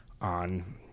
on